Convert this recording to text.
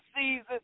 season